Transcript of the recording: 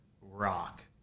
rock